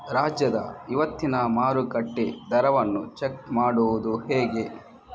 ರಾಜ್ಯದ ಇವತ್ತಿನ ಮಾರುಕಟ್ಟೆ ದರವನ್ನ ಚೆಕ್ ಮಾಡುವುದು ಹೇಗೆ?